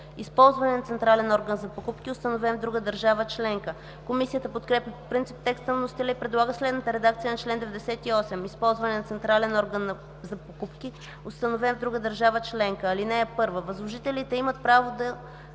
„Използване на централен орган за покупки, установен в друга държава членка”. Комисията подкрепя по принцип текста на вносителя и предлага следната редакция на чл. 98: „Използване на централен орган за покупки, установен в друга държава-членка Чл. 98. (1) Възложителите имат право да